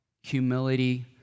humility